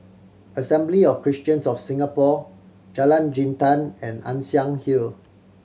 Assembly of Christians of Singapore Jalan Jintan and Ann Siang Hill